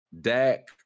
Dak